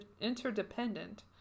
interdependent